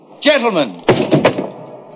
Gentlemen